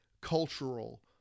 cultural